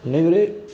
ਨਹੀਂ ਵੀਰੇ